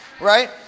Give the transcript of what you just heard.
right